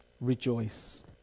Rejoice